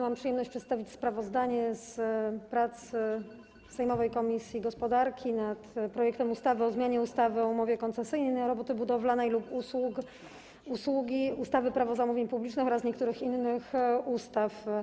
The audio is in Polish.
Mam przyjemność przedstawić sprawozdanie z prac sejmowej komisji gospodarki nad projektem ustawy o zmianie ustawy o umowie koncesji na roboty budowlane lub usługi, ustawy - Prawo zamówień publicznych oraz niektórych innych ustaw.